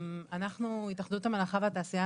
התאחדות המלאכה והתעשייה,